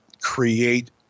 create